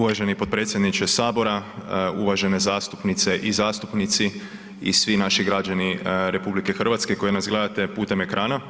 Uvaženi potpredsjedniče sabora, uvažene zastupnice i zastupnici i svi naši građani RH koji nas gledate putem ekrana.